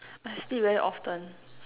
I sleep very often